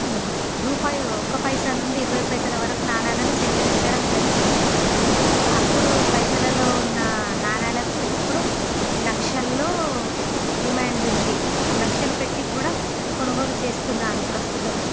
రూపాయి ఒక పైసా నుండి ఇరవై పైసల వరకు నాణ్యాలను సేకరించడం జరిగింది ఇ అప్పుడు పైసలలో ఉన్న నాణ్యాలకు ఇప్పుడు లక్షలలో డిమాండ్ ఉంది లక్షలు పెట్టి కూడా కొనుగోలు చేస్తున్నారు ప్రస్తుతం